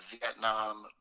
Vietnam